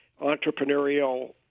entrepreneurial